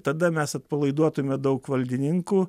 tada mes atpalaiduotume daug valdininkų